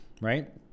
right